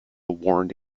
warned